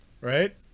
Right